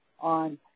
on